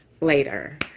later